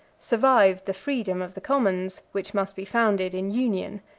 survived the freedom of the commons, which must be founded in union.